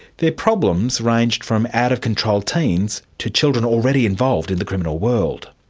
their problems ranged from out-of-control teens to children already involved in the criminal world.